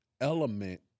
element